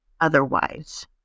otherwise